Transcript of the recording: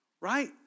right